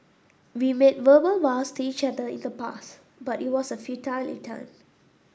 we made verbal vows to each other in the past but it was a futile